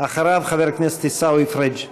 אחריו, חבר הכנסת עיסאווי פריג'.